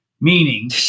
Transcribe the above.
meaning